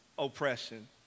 oppression